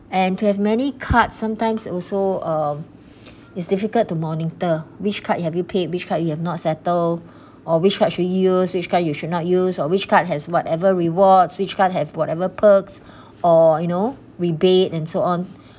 and to have many card sometimes also um it's difficult to monitor which card have you paid which card you have not settle or which card should use which card you should not use or which card has whatever rewards which card have whatever perks or you know rebate and so on